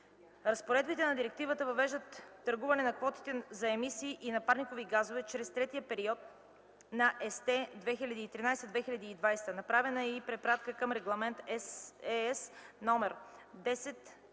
Разпоредбите на директивата въвеждат търгуване на квотите за емисии на парникови газове през третия период на ЕСТЕ 2013-2020 г. Направена е и препратка към Регламент (ЕС) №